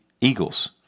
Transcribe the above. eagles